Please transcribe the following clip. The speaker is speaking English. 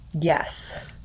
Yes